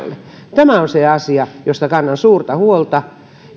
tämä on se asia josta kannan suurta huolta